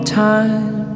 time